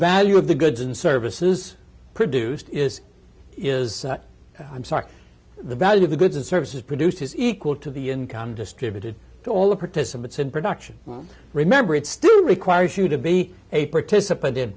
value of the goods and services produced is is i'm sorry the value of the goods and services produced is equal to the income distributed to all the participants in production remember it still requires you to be a participant in